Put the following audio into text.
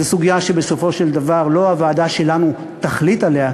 זו סוגיה שבסופו של דבר לא הוועדה שלנו תחליט עליה,